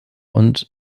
und